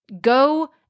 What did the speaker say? go